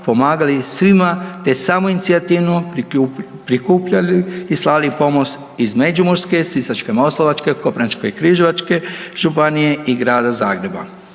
pomagali svima, te samoinicijativno prikupljali i slali pomoć iz Međimurske, Sisačko-moslavačke, Koprivničko-križevačke županije i Grada Zagreba.